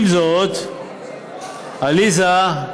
עם זאת, עליזה,